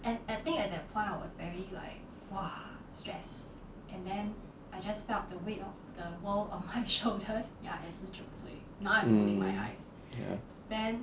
mm